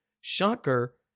Shocker